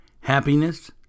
Happiness